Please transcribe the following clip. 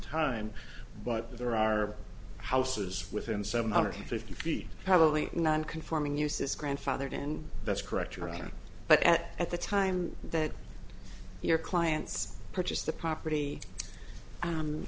time but there are houses within seven hundred fifty feet probably non conforming use is grandfathered in that's correct your honor but at at the time that your clients purchased the property and